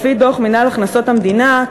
לפי דוח מינהל הכנסות המדינה,